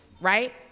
right